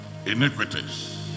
Iniquities